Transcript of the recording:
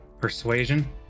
Persuasion